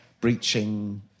breaching